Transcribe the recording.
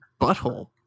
butthole